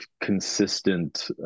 consistent